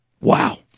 Wow